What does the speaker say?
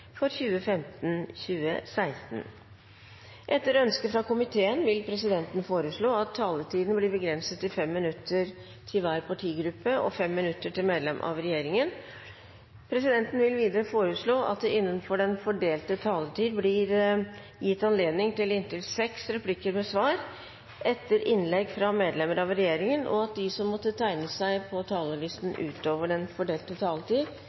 for at vi følger opp dette. Flere har ikke bedt om ordet til sak nr. 2. Etter ønske fra energi- og miljøkomiteen vil presidenten foreslå at taletiden blir begrenset til 5 minutter til hver partigruppe og 5 minutter til medlemmer av regjeringen. Videre vil presidenten foreslå at det – innenfor den fordelte taletid – blir gitt anledning til inntil seks replikker med svar etter innlegg fra medlemmer av regjeringen, og at de som måtte